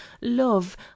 love